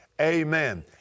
amen